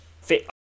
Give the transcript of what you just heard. Fit